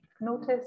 notice